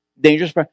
Dangerous